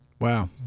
Wow